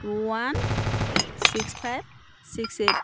two one six five six eight